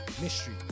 mystery